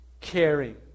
caring